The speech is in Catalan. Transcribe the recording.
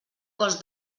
cos